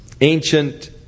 ancient